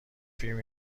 فیلم